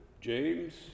James